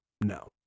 No